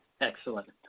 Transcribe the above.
Excellent